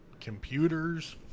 computers